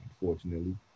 unfortunately